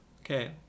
Okay